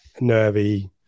Nervy